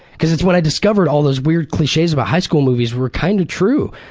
because it's when i discovered all those weird cliches about high school movies were kind of true.